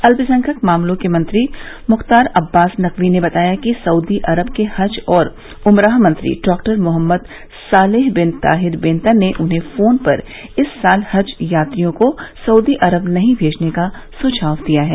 अल्पसंख्यक मामलों के मंत्री मुख्तार अब्बास नकवी ने बताया कि सऊदी अरब के हज और उमराह मंत्री डॉ Mohammad Saleh bin Taher Benten ने उन्हें फोन पर इस साल हज यात्रियों को सउदी अरब नहीं भेजने का सुझाव दिया है